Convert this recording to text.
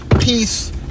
peace